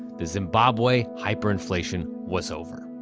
the zimbabwe hyperinflation was over.